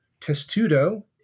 Testudo